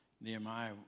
Nehemiah